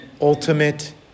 ultimate